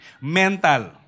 Mental